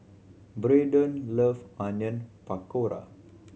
Braydon love Onion Pakora